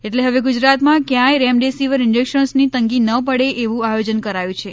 એટલે હવે ગુજરાતમાં ક્યાંય રેમડેસિવિર ઇન્જેક્શન્સની તંગી ન પડે એવું આયોજન કરાયું છે